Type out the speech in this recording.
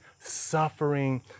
suffering